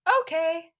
okay